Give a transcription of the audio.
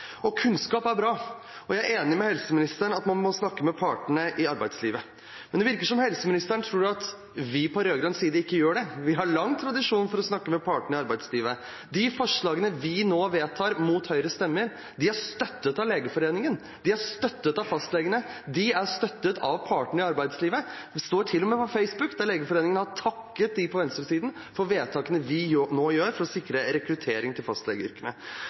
syke. Kunnskap er bra. Jeg er enig med helseministeren i at man må snakke med partene i arbeidslivet, men det virker som om helseministeren tror at vi på rød-grønn side ikke gjør det. Vi har lang tradisjon for å snakke med partene i arbeidslivet. De forslagene vi nå vedtar, mot Høyres stemmer, er støttet av Legeforeningen, de er støttet av fastlegene, de er støttet av partene i arbeidslivet. Det står til og med på Facebook, der Legeforeningen har takket venstresiden for vedtakene vi nå gjør for å sikre rekruttering til